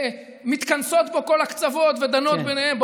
מתכנסים כל הקצוות ודנים ביניהם.